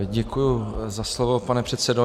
Děkuji za slovo, pane předsedo.